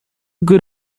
good